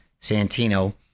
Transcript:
Santino